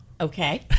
Okay